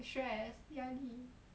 stress 压力